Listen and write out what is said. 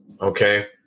Okay